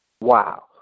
Wow